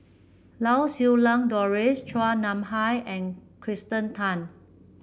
Lau Siew Lang Doris Chua Nam Hai and Kirsten Tan